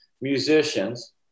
musicians